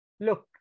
Look